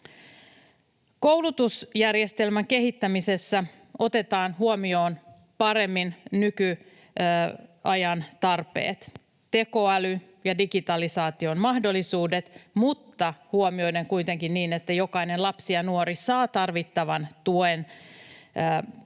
Koulutusjärjestelmän kehittämisessä otetaan huomioon paremmin nykyajan tarpeet, tekoäly ja digitalisaation mahdollisuudet, mutta huomioiden kuitenkin, että jokainen lapsi ja nuori saa tarvittavan tuen koulussa.